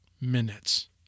minutes